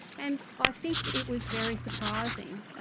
and i think it was very surprising,